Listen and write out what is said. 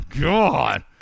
God